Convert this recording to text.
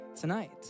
tonight